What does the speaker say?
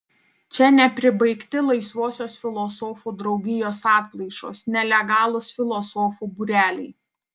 čia nepribaigti laisvosios filosofų draugijos atplaišos nelegalūs filosofų būreliai